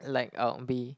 like I'll be